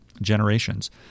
generations